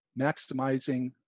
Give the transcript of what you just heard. maximizing